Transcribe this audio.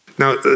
Now